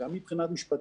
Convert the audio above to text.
גם מבחינה משפטית,